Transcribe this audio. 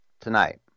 tonight